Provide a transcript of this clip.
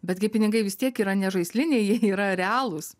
betgi pinigai vis tiek yra ne žaisliniai jie yra realūs